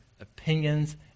opinions